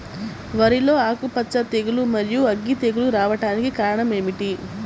వరిలో ఆకుమచ్చ తెగులు, మరియు అగ్గి తెగులు రావడానికి కారణం ఏమిటి?